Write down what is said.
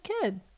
kid